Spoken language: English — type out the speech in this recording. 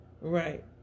Right